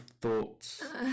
thoughts